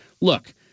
Look